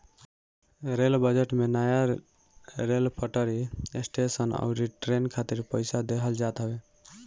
rail budget में नया rail पटरी, स्टेशन अउरी ट्रेन खातिर पईसा देहल जात हवे